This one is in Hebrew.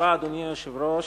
אדוני היושב-ראש,